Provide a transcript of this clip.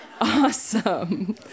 Awesome